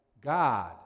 God